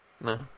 No